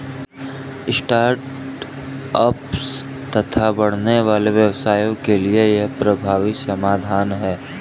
start ups तथा बढ़ने वाले व्यवसायों के लिए यह एक प्रभावी समाधान है